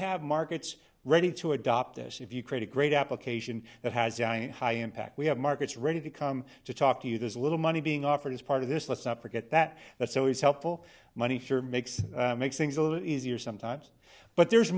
have markets ready to adopt this if you create a great application that has high impact we have markets ready to come to talk to you there's a little money being offered as part of this let's not forget that that's always helpful money sure makes makes things a lot easier sometimes but there's